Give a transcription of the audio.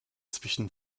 zwischen